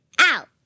Out